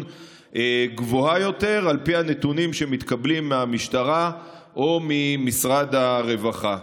גבוהה יותר לפי הנתונים שמתקבלים מהמשטרה או ממשרד הרווחה.